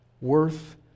worth